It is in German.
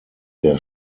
der